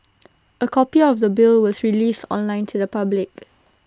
A copy of the bill was released online to the public